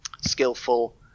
skillful